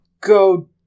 Go